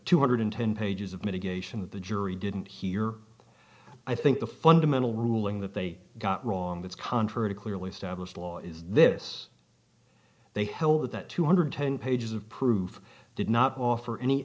two hundred and ten pages of mitigation that the jury didn't hear i think the fundamental ruling that they got wrong that's contrary to clearly established law is this they held that that two hundred and ten pages of proof did not offer any